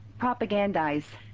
propagandize